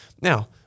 Now